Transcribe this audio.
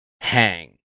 hang